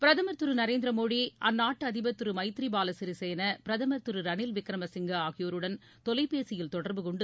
பிரதுர் திரு நரேந்திர மோடி அந்நாட்டு அதிபர் திரு மைத்ரிபால சிறிசேன பிரதமர் திரு ரளில் விக்ரமசிங்கே ஆகியோருடன் தொலைபேசியில் தொடர்பு கொண்டு